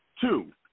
two